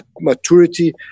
maturity